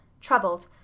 troubled